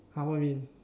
!huh! what you mean